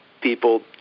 people